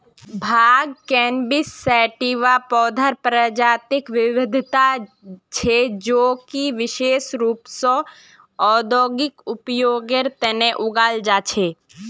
भांग cannabis sativa पौधार प्रजातिक विविधता छे जो कि विशेष रूप स औद्योगिक उपयोगेर तना उगाल जा छे